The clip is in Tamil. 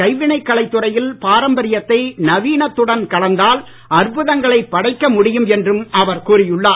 கைவினை கலைத்துறையில் பாரம்பரியத்தை நவீனத்துடன் கலந்தால் அற்புதங்களை படைக்க முடியும் என்றும் அவர் கூறியுள்ளார்